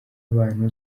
abantu